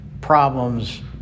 problems